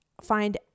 find